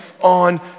on